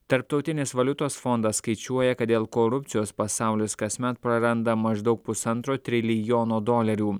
tarptautinis valiutos fondas skaičiuoja kad dėl korupcijos pasaulis kasmet praranda maždaug pusantro trilijono dolerių